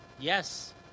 Yes